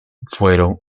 fueron